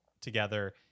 together